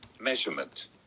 measurement